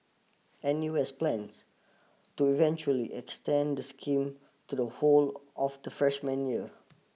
N U S plans to eventually extend the scheme to the whole of the freshman year